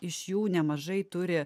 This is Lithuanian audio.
iš jų nemažai turi